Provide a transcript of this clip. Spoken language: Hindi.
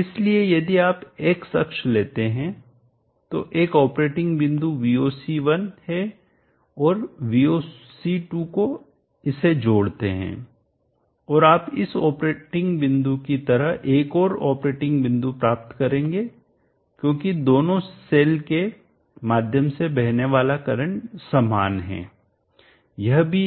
इसलिए यदि आप x अक्ष लेते हैं तो एक ऑपरेटिंग बिंदु Voc1 है और Voc2 को इसे जोड़ते हैंऔर आप इस ऑपरेटिंग बिंदु की तरह एक और ऑपरेटिंग बिंदु प्राप्त करेंगे क्योंकि दोनों सेल के माध्यम से बहने वाला करंट समान है यह भी